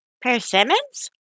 persimmons